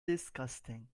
disgusting